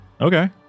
Okay